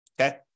Okay